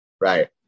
Right